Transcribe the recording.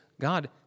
God